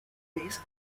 these